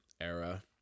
era